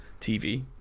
TV